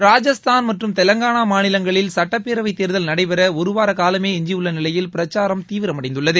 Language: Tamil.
ராஜஸ்தான் மற்றும் தெலங்கானா மாநிலங்களில் சட்டப்பேரவைத் தேர்தல நடைபெற ஒருவார காலமே எஞ்சியுள்ள நிலையில் பிரச்சாரம் தீவிரமடைந்துள்ளது